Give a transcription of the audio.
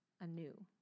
anew